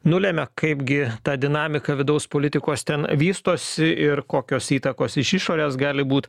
nulėmė kaipgi ta dinamika vidaus politikos ten vystosi ir kokios įtakos iš išorės gali būt